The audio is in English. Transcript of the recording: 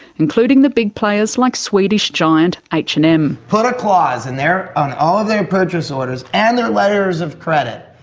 including the big players like swedish giant h and m. put a clause and on all of their purchase orders and their letters of credit,